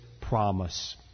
promise